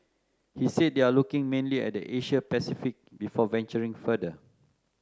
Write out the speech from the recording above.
he said they are looking mainly at the Asia Pacific before venturing further